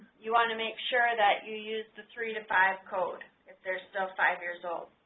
you want to make sure that you use the three to five code if there's still five years old.